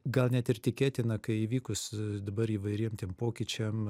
gal net ir tikėtina kai įvykus dabar įvairiem tiem pokyčiam